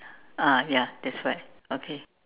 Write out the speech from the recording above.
ah ya that's right okay